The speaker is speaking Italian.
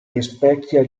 rispecchia